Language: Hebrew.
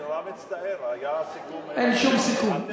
אני נורא מצטער, היה סיכום, אין שום סיכום.